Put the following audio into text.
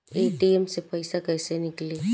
ATM से पैसा कैसे नीकली?